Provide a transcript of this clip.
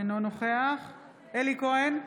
אינו נוכח אלי כהן,